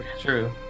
true